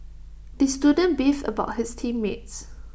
the student beefed about his team mates